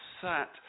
sat